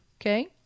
Okay